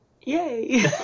Yay